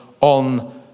on